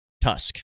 Tusk